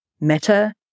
Meta